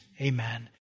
amen